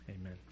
amen